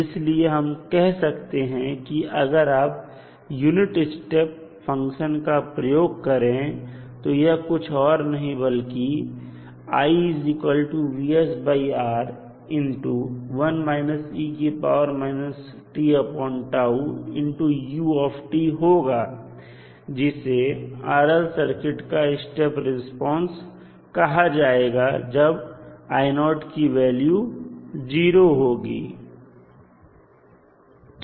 इसलिए हम कह सकते हैं कि अगर आप यूनिट स्टेप फंक्शन का प्रयोग करें तो यह कुछ और नहीं बल्कि होगा जिसे RL सर्किट का स्टेप रिस्पांस कहां जाएगा जब की वैल्यू 0 होगी